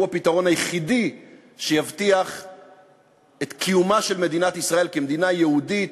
שהוא הפתרון היחידי שיבטיח את קיומה של מדינת ישראל כמדינה יהודית,